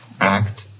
act